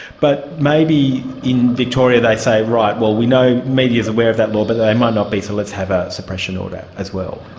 but maybe in victoria they say, right, we know media is aware of that law but they might not be so let's have a suppression order as well.